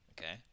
Okay